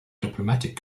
diplomatic